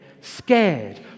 scared